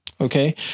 Okay